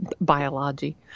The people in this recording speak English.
biology